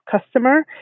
customer